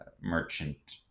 merchant